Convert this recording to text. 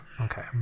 Okay